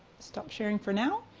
stop sharing for now.